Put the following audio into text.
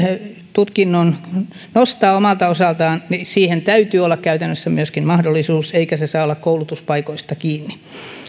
tutkinnon nostaa omalta osaltaan täytyy olla siihen käytännössä myöskin mahdollisuus eikä se saa olla koulutuspaikoista kiinni